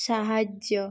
ସାହାଯ୍ୟ